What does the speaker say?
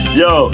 yo